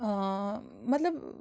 مطلب